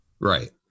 right